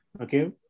Okay